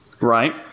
Right